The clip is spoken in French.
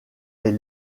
est